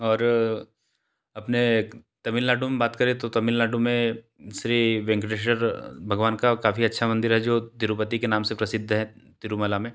और अपने तमिल नाडु में बात करें तो तमिल नाडु में श्री वेंकटेश्वर भगवान का काफ़ी अच्छा मंदिर है जो तिरुपती के नाम से प्रसिद्ध है तिरुमला में